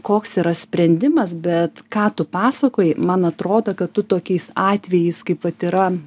koks yra sprendimas bet ką tu pasakoji man atrodo kad tu tokiais atvejais kaip vat yra